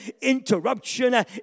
interruption